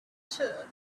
return